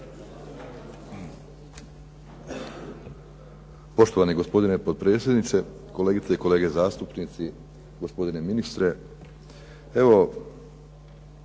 Poštovani gospodine potpredsjedniče, kolegice i kolege zastupnici, gospodine ministre. Evo,